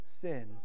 sins